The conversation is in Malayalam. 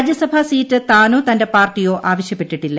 രാജ്യസഭാ സീറ്റ് താനോ തന്റെ പാർട്ടിയോ ആവശ്യപ്പെട്ടിട്ടില്ല